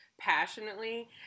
passionately